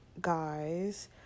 guys